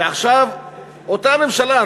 ועכשיו אותה ממשלה,